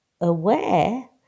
aware